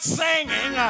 singing